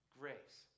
grace